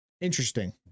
Interesting